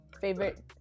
favorite